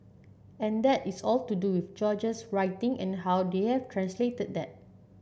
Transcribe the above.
and that is all to do with George's writing and how they have translated that